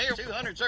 two hundred, sir?